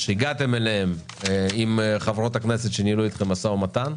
אליהן הגעתם עם חברות הכנסת שניהלו אתכם משא ומתן.